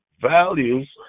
values